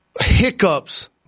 hiccups